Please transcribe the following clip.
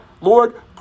Lord